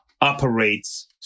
operates